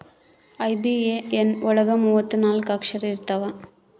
IBAN ಒಳಗ ಮೂವತ್ತು ನಾಲ್ಕ ಅಕ್ಷರ ಇರ್ತವಾ